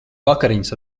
vakariņas